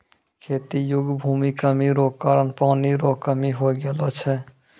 खेती योग्य भूमि कमी रो कारण पानी रो कमी हो गेलौ छै